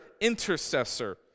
intercessor